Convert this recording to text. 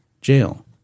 jail